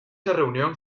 reunión